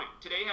today